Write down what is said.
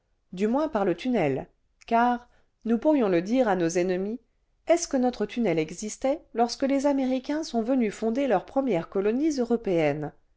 clu moins par le tunnel car nous pourrions le dire à nos la ville internationale et sous-marine de central tube le vingtième siècle ennemis est-ce que notre tunnel existait lorsque les américains sont venus fonder leurs premières colonies européennes